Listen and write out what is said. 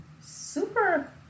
Super